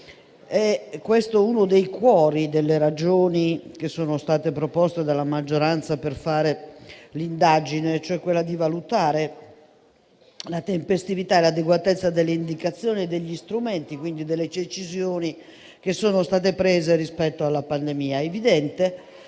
centrali fra quelle che sono state proposte dalla maggioranza per avviare l'indagine, cioè la necessità di valutare la tempestività e l'adeguatezza delle indicazioni e degli strumenti, quindi delle decisioni che sono state prese rispetto alla pandemia. È evidente